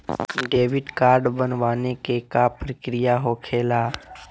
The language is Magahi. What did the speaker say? डेबिट कार्ड बनवाने के का प्रक्रिया होखेला?